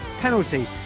penalty